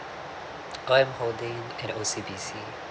uh I'm holding an O_C_B_C